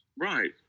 Right